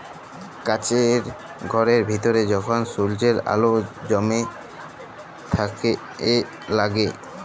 কাছের ঘরের ভিতরে যখল সূর্যের আল জ্যমে ছাসে লাগে